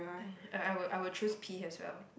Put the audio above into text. eh I will I will choose pee as well